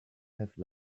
have